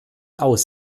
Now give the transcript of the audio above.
aus